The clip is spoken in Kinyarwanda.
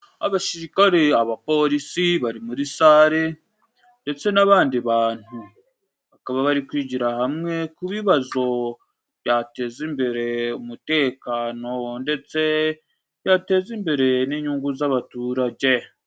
Abasirikare, abapolisi bari muri sale ndetse n'abandi bantu. Bakaba bari kwigira hamwe ku bibazo byateza imbere umutekano, ndetse byateza imbere n'inyungu z'abaturage.